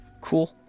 cool